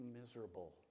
miserable